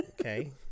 Okay